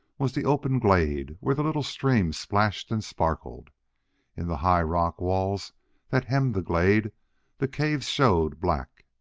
was the open glade where the little stream splashed and sparkled in the high rock walls that hemmed the glade the caves showed black.